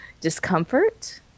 discomfort